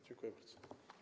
Dziękuję bardzo.